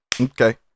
Okay